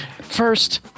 First